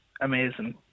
amazing